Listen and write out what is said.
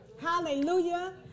hallelujah